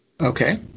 okay